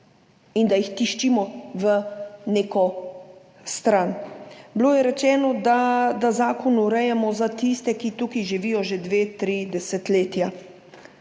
in da jih tiščimo v neko stran. Rečeno je bilo, da zakon urejamo za tiste, ki tukaj živijo že dve, tri desetletja.